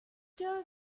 tell